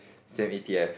same e_t_f